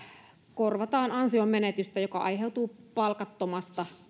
korvataan ansionmenetystä joka aiheutuu palkattomasta